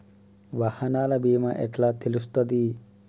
వాహనాల బీమా ఎట్ల తెలుస్తది?